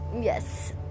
yes